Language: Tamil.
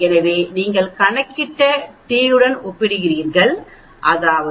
எனவே நீங்கள் கணக்கிட்ட t உடன் ஒப்பிடுகிறீர்கள் அதாவது 0